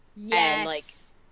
Yes